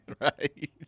Right